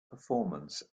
performance